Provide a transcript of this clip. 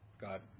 God